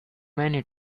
many